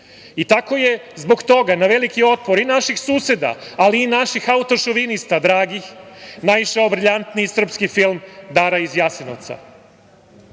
je zbog toga na veliki otpor i naših suseda ali i naših autošovinista dragih naišao briljantni srpski film „Dara iz Jasenovca“.